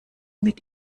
mit